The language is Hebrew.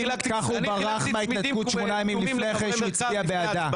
כך הוא ברח מההתנתקות שמונה ימים לפני אחרי שהוא הצביע בעדה.